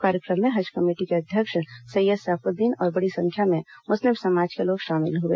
कार्यक्रम में हज कमेटी के अध्यक्ष सैय्यद सैफूददीन और बड़ी संख्या में मुस्लिम समाज के लोग शामिल हुए